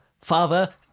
father